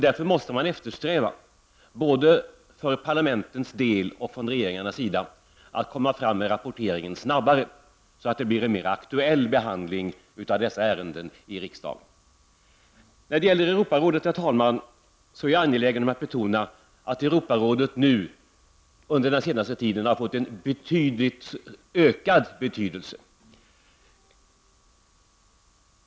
Man måste därför, både för parlamentens del och från regeringarnas sida, eftersträva att komma fram med rapporteringen snabbare så att det kan bli en mer aktuell behandling av dessa ärenden i riksdagen. Herr talman! Jag är angelägen om att betona att Europarådet under den senaste tiden har fått en starkt ökad betydelse.